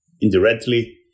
indirectly